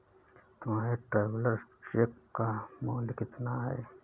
तुम्हारे travellers cheque का मूल्य कितना है?